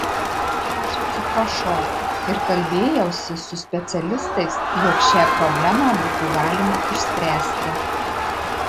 aš atsiprašiau ir kalbėjausi su specialistais jog šią problemą būtų galima išspręsti